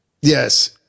yes